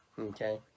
Okay